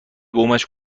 قومش